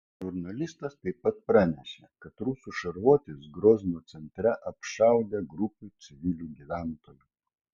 žurnalistas taip pat pranešė kad rusų šarvuotis grozno centre apšaudė grupę civilių gyventojų